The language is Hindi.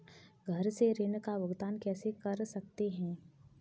घर से ऋण का भुगतान कैसे कर सकते हैं?